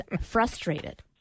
frustrated